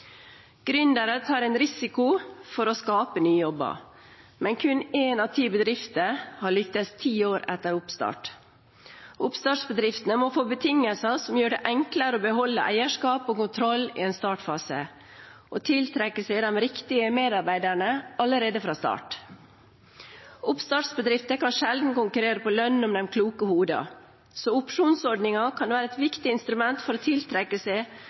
Gründere tar en risiko for å skape nye jobber, men kun én av ti bedrifter har lyktes ti år etter oppstart. Oppstartsbedriftene må få betingelser som gjør det enklere å beholde eierskap og kontroll i en startfase og å tiltrekke seg de riktige medarbeiderne allerede fra start. Oppstartsbedrifter kan sjelden konkurrere på lønn om de kloke hodene, så opsjonsordningen kan være et viktig instrument for å tiltrekke seg